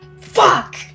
Fuck